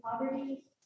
poverty